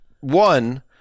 One